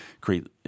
create